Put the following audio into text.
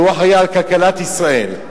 שאחראי לכלכלת ישראל,